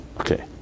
Okay